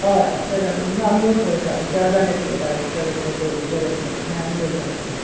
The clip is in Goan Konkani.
हय आसल्यार धाड ना आमी येवन पळयता चार जाण येतले डायरेक्टर येतलो प्रोड्युसर येतलो आनी आनी दोग जाण येतले